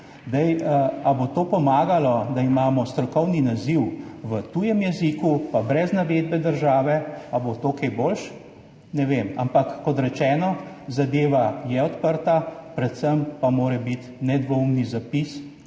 naziv. Ali bo pomagalo to, da imamo strokovni naziv v tujem jeziku, pa brez navedbe države? Ali bo to kaj boljše? Ne vem. Ampak kot rečeno, zadeva je odprta, predvsem pa mora biti nedvoumen zapis,